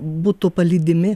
būtų palydimi